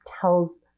tells